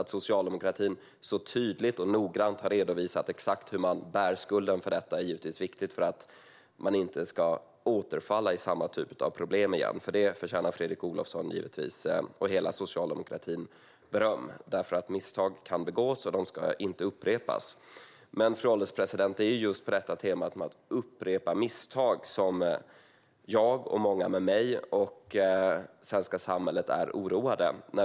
Att socialdemokratin så tydligt och noggrant har redovisat exakt hur man bär skulden för detta är givetvis viktigt för att man inte ska återfalla i samma typ av problem igen. För det förtjänar givetvis Fredrik Olovsson och hela socialdemokratin beröm. Misstag kan begås, och de ska inte upprepas. Fru ålderspresident! Det är just på temat att upprepa misstag som jag, många med mig och svenska samhället är oroade.